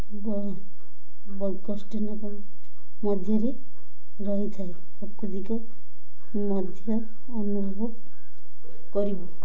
ମଧ୍ୟରେ ରହିଥାଏ ପ୍ରାକୃତିକ ମଧ୍ୟ ଅନୁଭବ କରିବୁ